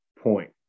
point